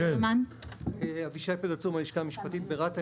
אני מהלשכה המשפטית ברת"א.